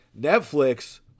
Netflix